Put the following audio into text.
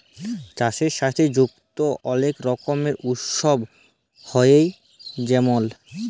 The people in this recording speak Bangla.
চাষের সাথে যুক্ত অলেক রকমের উৎসব হ্যয়ে যেমল